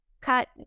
cut